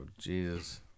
jesus